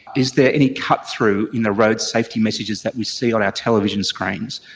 is there any cut-through in the road safety messages that we see on our television screens,